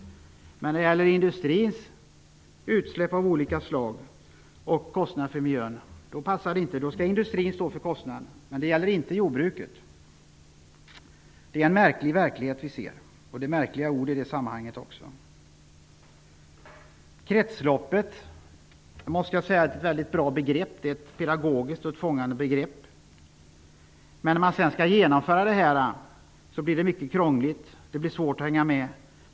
När det däremot gäller industrins utsläpp av olika slag och därmed förknippade kostnader för miljön passar det inte längre. Då skall industrin stå för kostnaderna. Men detta skall inte gälla jordbruket. Det är en märklig verklighet, och orden är märkliga i det sammanhanget. Begreppet kretsloppet är pedagogiskt och bra. Men när man skall genomföra det blir det krångligt och svårt att hänga med.